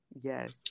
Yes